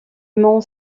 mont